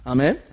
Amen